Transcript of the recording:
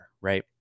right